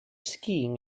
skiing